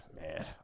man